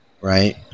right